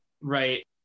right